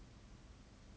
I guess so